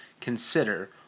Consider